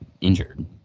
injured